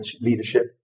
leadership